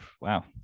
Wow